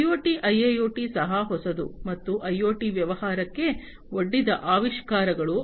IoT IIoT ಸಹ ಹೊಸದು ಮತ್ತು ಐಒಟಿ ವ್ಯವಹಾರಕ್ಕೆ ಒಡ್ಡಿದ ಆವಿಷ್ಕಾರಗಳು